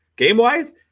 Game-wise